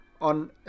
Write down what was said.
on